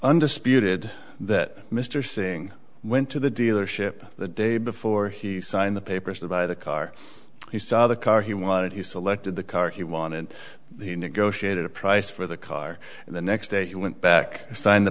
undisputed that mr singh went to the dealership the day before he signed the papers to buy the car he saw the car he wanted he selected the car he wanted he negotiated a price for the car and the next day he went back to sign the